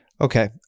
Okay